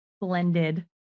Blended